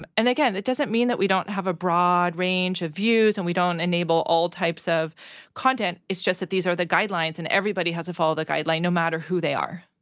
and and again, it doesn't mean that we don't have a broad range of views, and we don't enable all types of content. it's just that these are the guidelines, and everybody has to follow the guideline, no matter who they are.